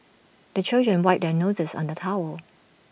the children wipe their noses on the towel